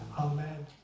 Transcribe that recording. Amen